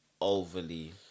overly